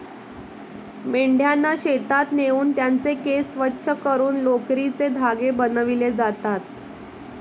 मेंढ्यांना शेतात नेऊन त्यांचे केस स्वच्छ करून लोकरीचे धागे बनविले जातात